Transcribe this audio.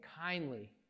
kindly